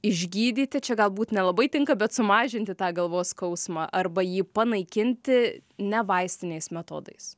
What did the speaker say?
išgydyti čia galbūt nelabai tinka bet sumažinti tą galvos skausmą arba jį panaikinti ne vaistiniais metodais